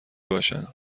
باشند